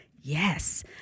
Yes